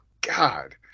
God